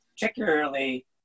particularly